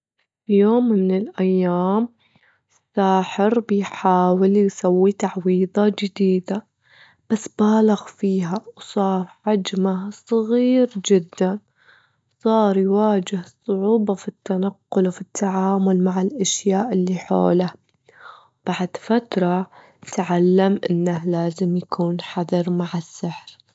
في يوم من الأيام ساحر بيحاول يسوي تعويذة جديدة، بس بالغ فيها وصار حجمه صغير جداً، صار يواجه صعوبة في التنقل وفي التعامل مع الأشياء اللي حوله، بعد فترة تعلم إنه لازم يكون حذر مع السحر.